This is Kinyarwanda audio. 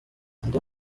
undi